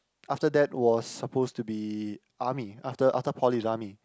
after that was supposed to be army after after poly is army